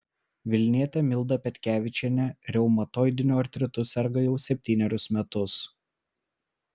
vilnietė milda petkevičienė reumatoidiniu artritu serga jau septynerius metus